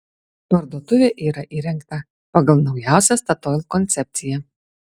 parduotuvė yra įrengta pagal naujausią statoil koncepciją